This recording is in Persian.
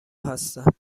هستم